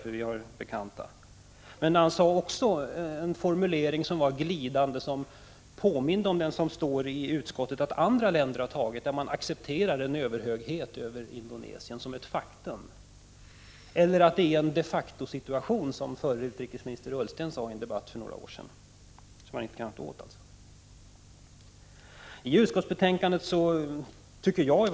Men han använde en glidande formulering som påminde om den som står i betänkandet, nämligen om ställningstaganden som andra länder har intagit och som innebär att man accepterar en överhöghet över Indonesien som ett faktum, eller som förre utrikesministern Ullsten sade i en debatt för några år sedan att det är en de facto-situation, dvs. något som man 115 inte kan göra något åt.